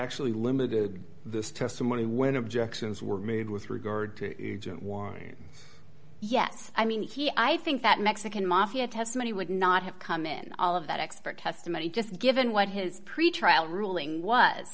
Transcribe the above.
actually limited the testimony when objections were made with regard to war yes i mean he i think that mexican mafia testimony would not have come in all of that expert testimony just given what his pretrial ruling was